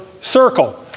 circle